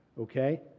okay